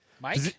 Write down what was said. Mike